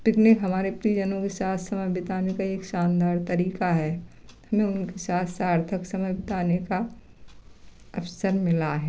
picnic हमारे प्रियजनों के साथ समय बिताने का एक शानदार तरीका है हमें उनके साथ सार्थक समय बिताने का अवसर मिला है